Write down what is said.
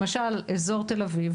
למשל, אזור תל אביב